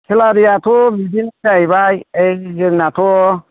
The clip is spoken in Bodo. सेलारि आथ' बिदिनो जाहैबाय ए जोंनाथ'